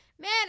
man